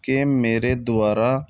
ਕਿ ਮੇਰੇ ਦੁਆਰਾ